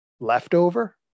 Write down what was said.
Leftover